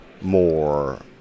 more